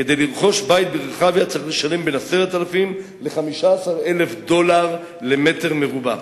כדי לרכוש בית ברחביה צריך לשלם בין 10,000 ל-15,000 דולר למטר מרובע.